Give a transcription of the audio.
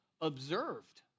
observed